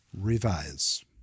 revise